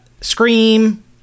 Scream